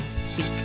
speak